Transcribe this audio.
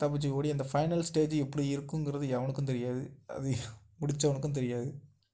தப்பிச்சி ஓடி அந்த final stage எப்படி இருக்குங்கிறது எவனுக்கும் தெரியாது அது முடிச்சவனுக்கும் தெரியாது